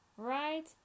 Right